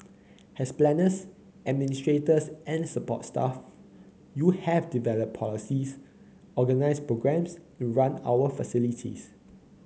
as planners administrators and support staff you have developed policies organised programmes and run our facilities